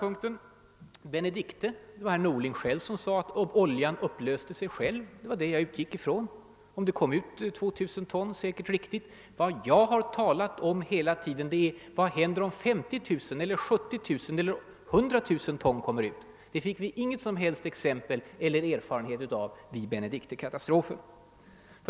Vad beträffar >Benedichte» var det herr Norling som sade att oljan upplöste sig själv. Det var det jag utgick ifrån; att det kom ut 2500 ton är säkert riktigt, om han säger det. Vad jag hela tiden talat om är vad som händer om 50 000, 70 000 eller 100 000 ton råolja kommer ut. Det fick vi ingen som helst erfarenhet av vid »Benedichte> katastrofen. 3.